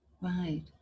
right